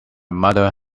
mother